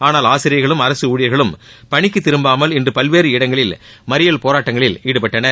ஆனால் ஆசிரியர்களும் அரசு ஊழியர்களும் பணிக்கு திரும்பாமல் இன்று பல்வேறு இடங்களில் மறியல் போராட்டங்களில் ஈடுபட்டனர்